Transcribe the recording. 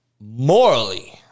morally